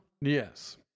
Yes